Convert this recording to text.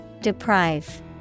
Deprive